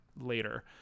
later